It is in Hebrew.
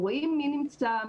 רואים מי נמצא,